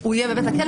הוא יהיה בבית הכלא?